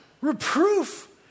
reproof